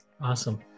Awesome